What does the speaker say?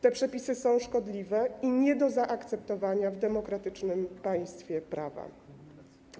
Te przepisy są szkodliwe i nie do zaakceptowania w demokratycznym państwie prawa.